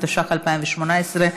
התשע"ח 2018,